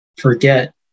forget